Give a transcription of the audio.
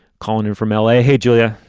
calling in from l a. hey, julia.